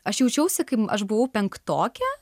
aš jaučiausi kai aš buvau penktokė